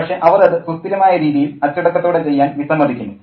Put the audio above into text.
പക്ഷേ അവർ അത് സുസ്ഥിരമായ രീതിയിൽ അച്ചടക്കത്തോടെ ചെയ്യാൻ വിസമ്മതിക്കുന്നു